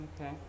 Okay